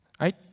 Right